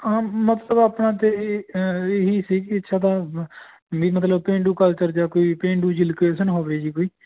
ਆਮ ਮਤਲਬ ਆਪਣਾ ਤਾਂ ਇਹੀ ਸੀ ਕਿ ਸਾਡਾ ਵੀ ਮਤਲਬ ਪੇਂਡੂ ਕਲਚਰ ਜਾਂ ਕੋਈ ਪੇਂਡੂ ਜੀ ਲੋਕੇਸ਼ਨ ਹੋਵੇ ਜੀ ਕੋਈ